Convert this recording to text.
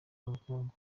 n’ubukungu